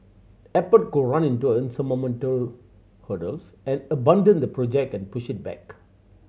Apple could run into insurmountable hurdles and abandon the project and push it back